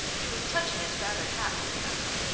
he was touching his battered hat with the other.